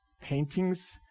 paintings